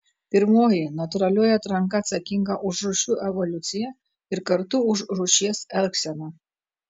pirmoji natūralioji atranka atsakinga už rūšių evoliuciją ir kartu už rūšies elgseną